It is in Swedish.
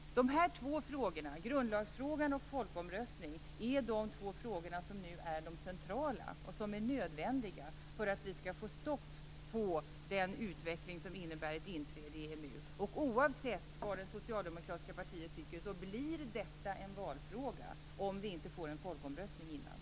Grundlagsfrågan och frågan om en folkomröstning är de som nu är centrala. De måste få en lösning för att vi skall få stopp på den utveckling som innebär inträde i EMU. Oavsett vad det socialdemokratiska partiet tycker blir det en valfråga, om det inte blir en folkomröstning innan.